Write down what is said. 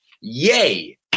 Yay